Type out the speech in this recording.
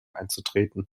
einzutreten